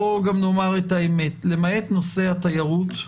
בואו גם נאמר את האמת - למעט נושא התיירות,